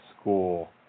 school